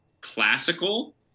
classical